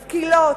משכילות,